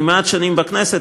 אני מעט שנים בכנסת,